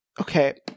Okay